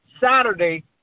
Saturday